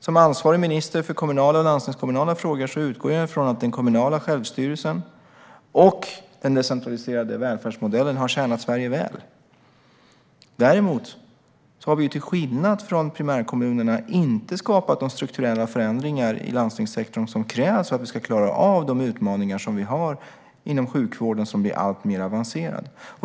Som ansvarig minister för kommunala och landstingskommunala frågor utgår jag från att den kommunala självstyrelsen och den decentraliserade välfärdsmodellen har tjänat Sverige väl. Däremot har vi, till skillnad från med primärkommunerna, inte skapat de strukturella förändringar i landstingssektorn som krävs för att vi ska klara av de utmaningar som vi har inom sjukvården som blir alltmer avancerad.